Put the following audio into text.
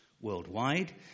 worldwide